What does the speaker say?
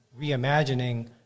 reimagining